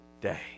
day